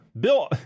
Bill